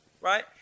right